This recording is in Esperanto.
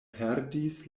perdis